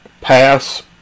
pass